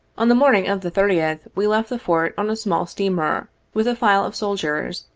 on the morning of the thirtieth, we left the fort on a small steamer, with a file of soldiers,